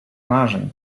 marzeń